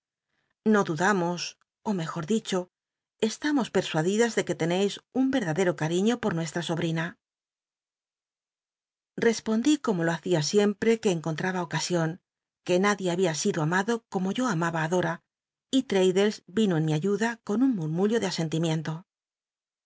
no dudamo ó mejor dicho estamos persuadidas de que tcneis un verdadero cariño por nuestra sobrina respondí como lo hacia siempre que enconlra ha ocasion que nadie babia sido amado como yo amaba ti dora y l'raddles yino en mí ayuda con un rnu rrnullo de